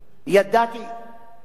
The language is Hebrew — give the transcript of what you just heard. שאם רוצים לתת